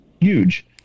huge